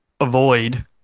avoid